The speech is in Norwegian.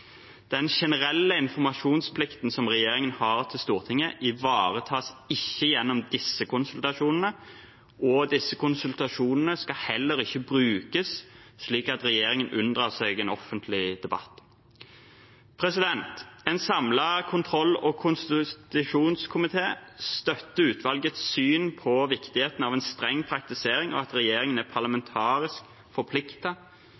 Den generelle informasjonsplikten som regjeringen har til Stortinget, ivaretas ikke gjennom disse konsultasjonene, og konsultasjonene skal heller ikke brukes slik at regjeringen unndrar seg en offentlig debatt. En samlet kontroll- og konstitusjonskomité støtter utvalgets syn på viktigheten av en streng praktisering av at regjeringen er